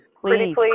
please